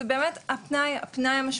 זה באמת הפנאי המשמעותי,